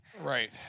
Right